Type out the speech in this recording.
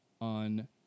on